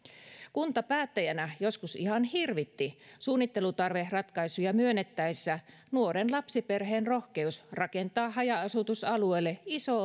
kuntapäättäjänä joskus ihan hirvitti suunnittelutarveratkaisuja myönnettäessä nuoren lapsiperheen rohkeus rakentaa haja asutusalueelle iso